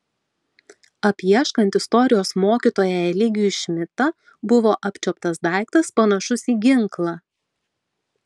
apieškant istorijos mokytoją eligijų šmidtą buvo apčiuoptas daiktas panašus į ginklą